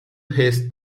his